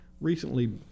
recently